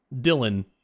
Dylan